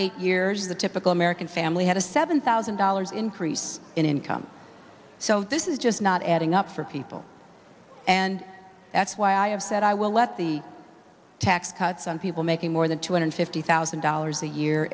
eight years the typical american family had a seven thousand dollars increase in income so this is just not adding up for people and that's why i have said i will let the tax cuts on people making more than two hundred fifty thousand dollars a year